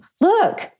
look